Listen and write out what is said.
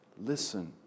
listen